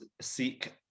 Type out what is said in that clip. seek